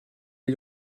les